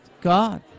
God